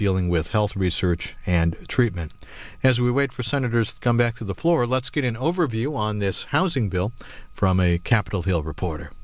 dealing with health research and treatment as we wait for senators come back to the floor let's get an overview on this housing bill from a capitol hill reporter